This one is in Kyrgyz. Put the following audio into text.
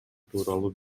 тууралуу